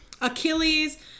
Achilles